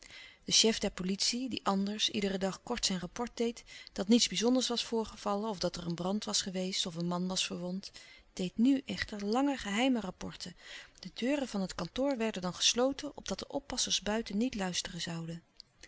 de chef der politie die anders iederen dag louis couperus de stille kracht kort zijn rapport deed dat niets bizonders was voorgevallen of dat er een brand was geweest of een man was verwond deed nu echter lange geheime rapporten de deuren van het kantoor werden dan gesloten opdat de oppassers buiten niet luisteren zouden